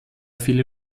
viele